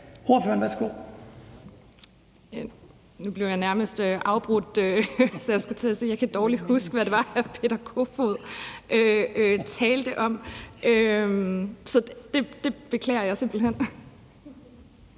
Nu blev jeg nærmest afbrudt, så jeg kan dårligt huske, hvad det var, hr. Peter Kofod talte om. Det beklager jeg simpelt hen.